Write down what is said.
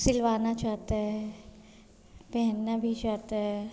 सिलवाना चाहता है पहनना भी चाहता है